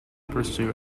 pursue